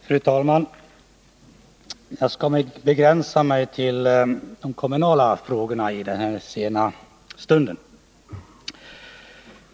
Fru talman! Jag skall begränsa mig till de kommunala frågorna i den här sena stunden.